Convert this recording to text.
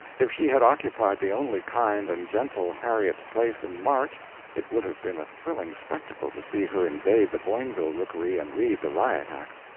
if she had occupied the only kind and gentle harriet's place in march it would have been a thrilling spectacle to see her invade the boinville rookery and read the riot act.